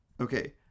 okay